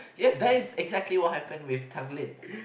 ya that's exactly what happen with Tanglin